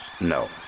no